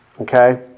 Okay